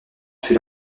fut